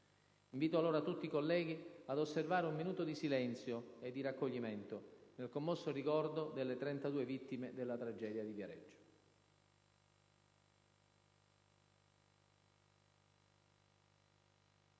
Invito allora tutti i colleghi ad osservare un minuto di silenzio e di raccoglimento, nel commosso ricordo delle 32 vittime della tragedia di Viareggio.